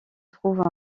trouve